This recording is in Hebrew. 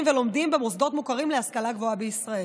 ולומדים במוסדות מוכרים להשכלה גבוהה בישראל.